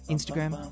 Instagram